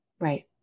Right